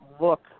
look